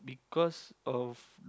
cause of